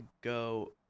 go